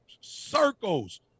circles